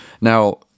Now